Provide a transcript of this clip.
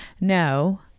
no